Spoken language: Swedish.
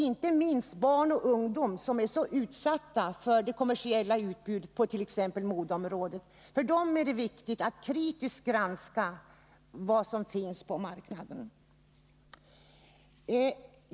För barn och ungdom, som är så utsatta för det kommersiella utbudet på t.ex. modeområdet, är det viktigt att kritiskt granska vad som finns på marknaden.